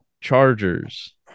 Chargers